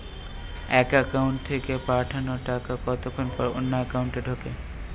এক একাউন্ট থেকে পাঠানো টাকা কতক্ষন পর অন্য একাউন্টে ঢোকে?